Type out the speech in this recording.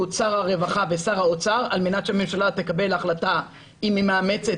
שר הרווחה ושר האוצר על מנת שהממשלה תקבל החלטה אם היא מאמצת